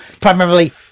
primarily